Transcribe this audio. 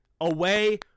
away